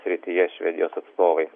srityje švedijos atstovai